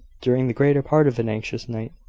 during the greater part of an anxious night,